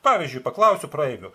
pavyzdžiui paklausiu praeivių